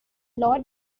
law